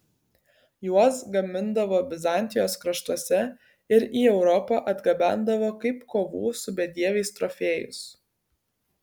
juos gamindavo bizantijos kraštuose ir į europą atgabendavo kaip kovų su bedieviais trofėjus